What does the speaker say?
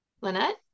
Lynette